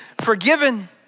forgiven